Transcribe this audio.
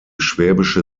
schwäbische